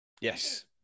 Yes